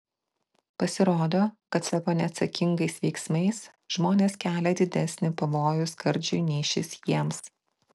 pasirodo kad savo neatsakingais veiksmais žmonės kelia didesnį pavojų skardžiui nei šis jiems